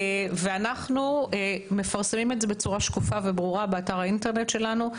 אנחנו מפרסמים את זה בצורה שקופה וברורה באתר האינטרנט שלנו.